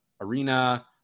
Arena